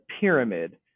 pyramid